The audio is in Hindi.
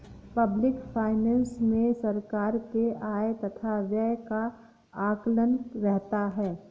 पब्लिक फाइनेंस मे सरकार के आय तथा व्यय का आकलन रहता है